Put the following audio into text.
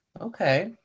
Okay